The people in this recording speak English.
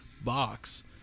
box